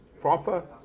proper